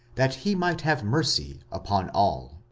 that he might have mercy upon all.